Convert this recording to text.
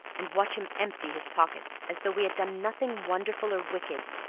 and watch him empty his pockets, as though we had done nothing wonderful or wicked!